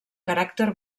caràcter